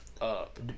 up